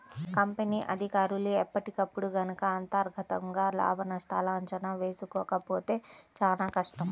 company అధికారులు ఎప్పటికప్పుడు గనక అంతర్గతంగా లాభనష్టాల అంచనా వేసుకోకపోతే చానా కష్టం